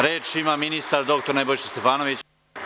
Reč ima ministar dr Nebojša Stefanović.